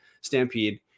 Stampede